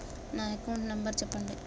నా account number చెప్పండి?